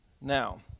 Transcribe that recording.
Now